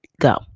go